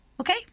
okay